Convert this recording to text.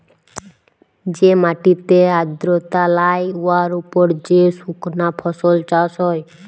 যে মাটিতে আর্দ্রতা লাই উয়ার উপর যে সুকনা ফসল চাষ হ্যয়